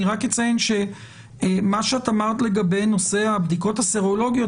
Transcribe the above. אני רק אציין שמה שאת אמרת לגבי נושא הבדיקות הסרולוגיות,